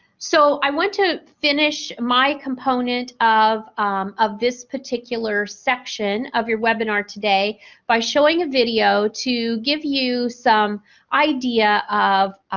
so, i want to finish my component of of this particular section of your webinar today by showing a video to give you some idea of